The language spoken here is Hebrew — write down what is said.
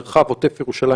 מרחב עוטף ירושלים,